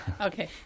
Okay